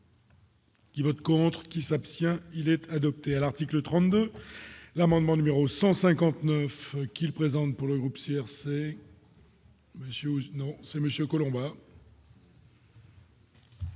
Qui vote contre qui s'abstient, il est adopté à l'article 32 l'amendement numéro 159 qu'il présente pour le groupe CRC. Monsieur ou